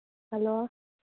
hello